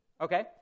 Okay